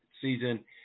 season